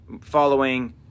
following